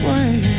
one